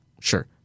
sure